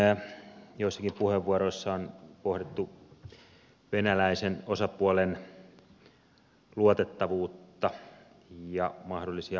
ensinnäkin joissakin puheenvuoroissa on pohdittu venäläisen osapuolen luotettavuutta ja mahdollisia riskejä